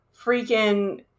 freaking